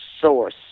source